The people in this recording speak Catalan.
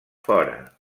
fora